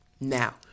Now